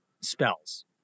spells